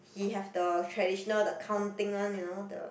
he have the traditional the count thing one you know the